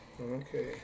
Okay